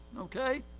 okay